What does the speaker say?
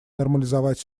нормализовать